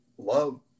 love